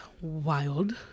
wild